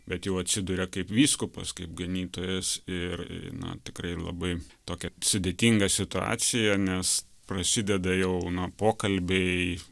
bet jau atsiduria kaip vyskupas kaip ganytojas ir na tikrai labai tokią sudėtingą situaciją nes prasideda jau na pokalbiai